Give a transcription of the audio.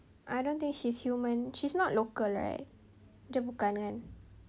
I don't think she's human she's not local right dia bukan kan